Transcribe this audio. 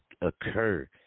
occur